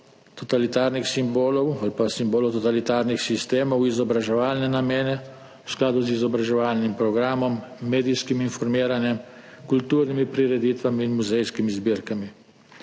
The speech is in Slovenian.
totalitarnih simbolov ali pa simbolov totalitarnih sistemov, v izobraževalne namene v skladu z izobraževalnim programom, medijskim informiranjem, kulturnimi prireditvami in muzejskimi zbirkami.